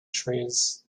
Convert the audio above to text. trees